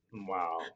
Wow